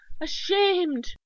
ashamed